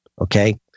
Okay